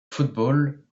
football